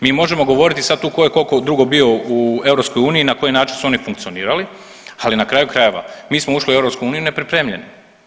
Mi možemo govoriti sad tu tko je kolko dugo bio u EU i na koji način su oni funkcionirali, ali na kraju krajeva mi smo ušli u EU nepripremljeni.